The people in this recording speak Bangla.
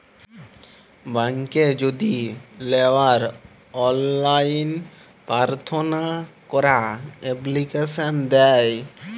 ব্যাংকে যদি লেওয়ার অললাইন পার্থনা ক্যরা এপ্লিকেশন দেয়